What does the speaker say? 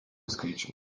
skaičių